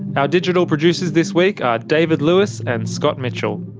our digital producers this week are david lewis and scott mitchell.